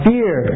Fear